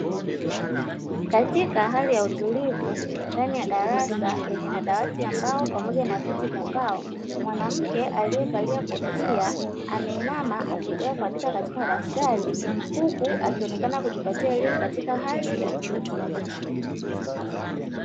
Katika hali ya utulivu ndani ya darasa lenye madawati ya mbao na viti vya mbao, mwanamke aliyevalia kofia ameninama akiendelea kuandika katika madaftari, huku akionekana kujipatia elimu katika hali ya utu uzima.